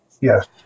Yes